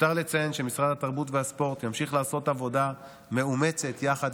מיותר לציין שמשרד התרבות והספורט ימשיך לעשות עבודה מאומצת יחד